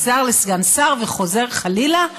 משר לסגן שר וחוזר חלילה,